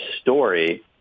story